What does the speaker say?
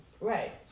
Right